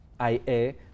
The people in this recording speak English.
IA